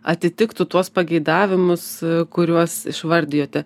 atitiktų tuos pageidavimus kuriuos išvardijote